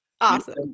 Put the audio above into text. awesome